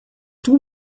tout